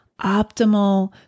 optimal